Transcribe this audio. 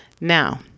Now